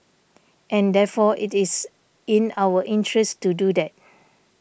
and therefore it is in our interest to do that